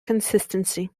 consistency